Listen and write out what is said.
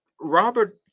Robert